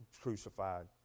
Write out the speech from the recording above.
crucified